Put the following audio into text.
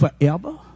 forever